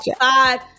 five